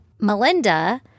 Melinda